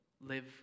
live